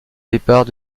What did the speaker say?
départ